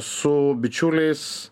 su bičiuliais